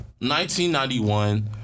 1991